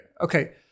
Okay